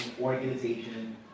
organization